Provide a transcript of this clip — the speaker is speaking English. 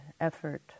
effort